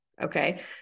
okay